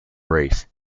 race